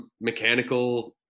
mechanical